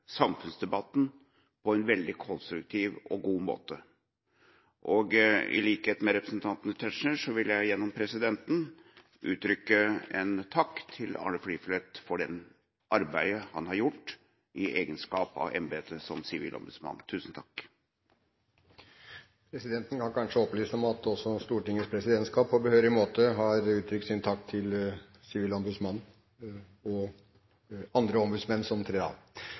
samfunnsdebatten på en veldig konstruktiv og god måte. I likhet med representanten Tetzschner vil jeg gjennom presidenten uttrykke en takk til Arne Fliflet for det arbeidet han har gjort i egenskap av embetet som sivilombudsmann. Tusen takk. Presidenten kan kanskje opplyse om at også Stortingets presidentskap på behørig måte har uttrykt sin takk til Sivilombudsmannen og andre ombudsmenn som trer av.